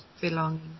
belonging